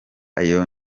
ayo